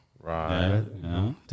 Right